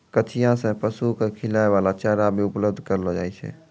कचिया सें पशु क खिलाय वाला चारा भी उपलब्ध करलो जाय छै